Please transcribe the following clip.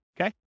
Okay